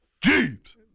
Jeeves